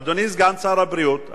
אדוני סגן שר הבריאות,